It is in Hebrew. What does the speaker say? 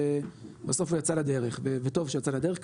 ובסוף יצא לדרך וטוב שיצא לדרך,